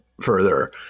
further